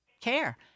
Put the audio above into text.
care